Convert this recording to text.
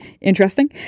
interesting